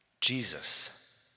Jesus